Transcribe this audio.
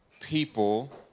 people